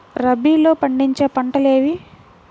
రబీలో పండించే పంటలు ఏవి?